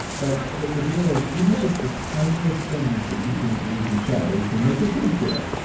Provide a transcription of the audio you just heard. but the the deal is, even if it's the tiniest things that you can you can shed or you can make your kids do it.